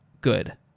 good